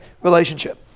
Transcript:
relationship